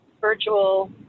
virtual